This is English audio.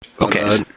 Okay